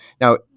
now